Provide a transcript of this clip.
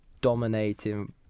dominating